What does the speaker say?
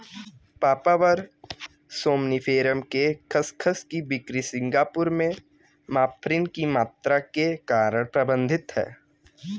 papaver somniferum के खसखस की बिक्री सिंगापुर में मॉर्फिन की मात्रा के कारण प्रतिबंधित है